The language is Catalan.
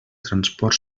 transport